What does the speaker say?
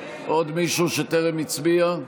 עוד מישהו שטרם הצביע?